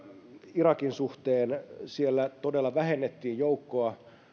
irakin suhteen siellä todella vähennettiin joukkoa